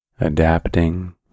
adapting